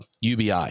UBI